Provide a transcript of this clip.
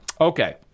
Okay